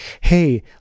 Hey